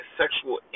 sexual